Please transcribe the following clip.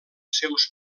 seus